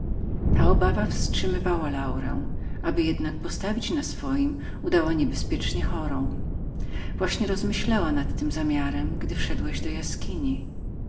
ta uwaga wstrzymywała laurę aby jednak postawić na swojem udała niebezpiecznie chorą właśnie rozmyślała nad tym zamiarem gdy wszedłeś do jaskini